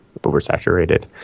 oversaturated